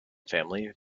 family